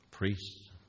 Priests